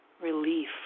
relief